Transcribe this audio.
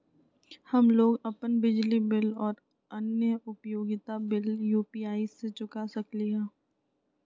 हम लोग अपन बिजली बिल और अन्य उपयोगिता बिल यू.पी.आई से चुका सकिली ह